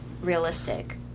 realistic